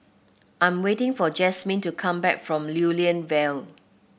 I'm waiting for Jasmin to come back from Lew Lian Vale